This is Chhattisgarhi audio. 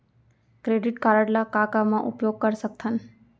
क्रेडिट कारड ला का का मा उपयोग कर सकथन?